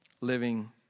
living